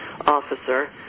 officer